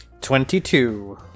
Twenty-two